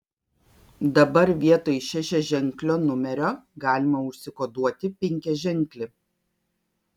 dabar vietoj šešiaženklio numerio galima užsikoduoti penkiaženklį